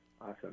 Awesome